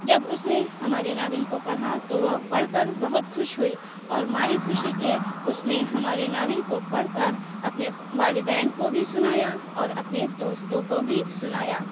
جب اس نے ہمارے ناول کو پڑھا تو وہ پڑھ کر بہت خوش ہوئی اور مارے خوشی کے اس نے ہمارے ناول کو پڑھ کر اپنے والدین کو بھی سنایا اور اپنے دوستوں کو بھی سنایا